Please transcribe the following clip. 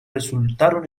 resultaron